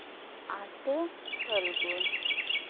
ᱟᱴᱮ ᱯᱷᱟᱞᱜᱩᱱ